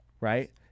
right